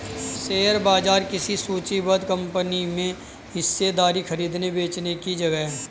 share बाजार किसी सूचीबद्ध कंपनी में हिस्सेदारी खरीदने बेचने की जगह है